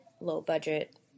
low-budget